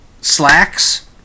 slacks